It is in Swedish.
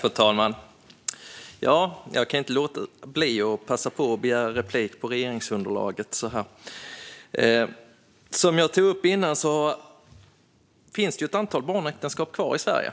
Fru talman! Jag kan inte låta bli att begära replik på regeringsunderlaget. Som jag tog upp tidigare finns det ett antal barnäktenskap kvar i Sverige.